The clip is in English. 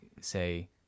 say